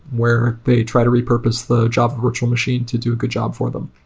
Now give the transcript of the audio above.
where they try to repurpose the java virtual machine to do a good job for them.